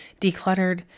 decluttered